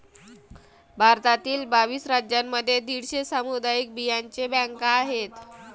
भारतातील बावीस राज्यांमध्ये दीडशे सामुदायिक बियांचे बँका आहेत